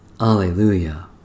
Alleluia